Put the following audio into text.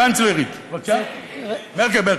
הקנצלרית, מרקל.